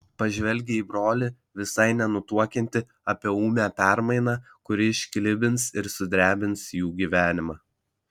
pažvelgė į brolį visai nenutuokiantį apie ūmią permainą kuri išklibins ir sudrebins jų gyvenimą